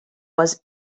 was